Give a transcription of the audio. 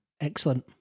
Excellent